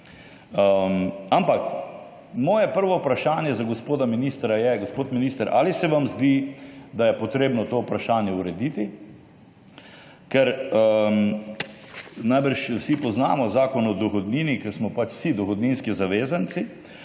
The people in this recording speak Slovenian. dalje. Moje prvo vprašanje za gospoda ministra je, gospod minister, ali se vam zdi, da je potrebno to vprašanje urediti. Ker najbrž vsi poznamo Zakon o dohodnini, ker smo vsi dohodninski zavezanci.